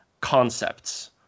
concepts